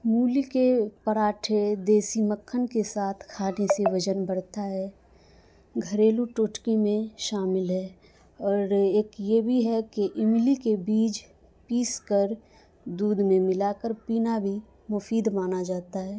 مولی کے پراٹھے دیسی مکھن کے ساتھ کھانے سے وزن بڑھتا ہے گھریلو ٹوٹکے میں شامل ہے اور ایک یہ بھی ہے کہ املی کے بیج پیس کر دودھ میں ملا کر پینا بھی مفید مانا جاتا ہے